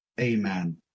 Amen